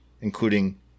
including